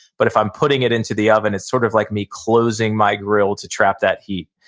but if i'm putting it into the oven, it's sort of like me closing my grill to trap that heat.